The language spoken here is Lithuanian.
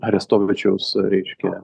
arestovičiaus reiškia